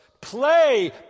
Play